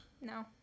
no